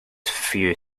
few